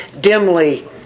dimly